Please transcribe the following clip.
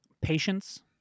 Patience